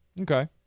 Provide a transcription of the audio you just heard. okay